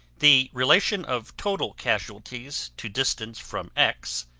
the relation of total casualties to distance from x,